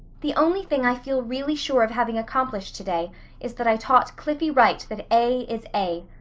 the only thing i feel really sure of having accomplished today is that i taught cliffie wright that a is a.